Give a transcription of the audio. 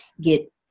get